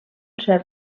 cert